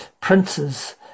princes